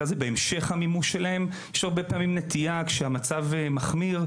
יש הרבה פעמים נטייה כשהמצב מחמיר,